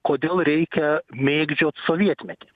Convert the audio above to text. kodėl reikia mėgdžiot sovietmetį